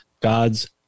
God's